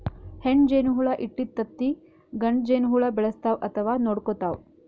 ಹೆಣ್ಣ್ ಜೇನಹುಳ ಇಟ್ಟಿದ್ದ್ ತತ್ತಿ ಗಂಡ ಜೇನಹುಳ ಬೆಳೆಸ್ತಾವ್ ಅಥವಾ ನೋಡ್ಕೊತಾವ್